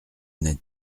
n’êtes